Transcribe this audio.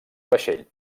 vaixell